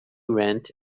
rent